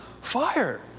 fire